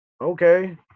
okay